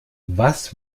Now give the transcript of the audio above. was